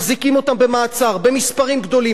מחזיקים אותם במעצר במספרים גדולים,